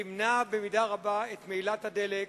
ימנע במידה רבה את מהילת הדלק,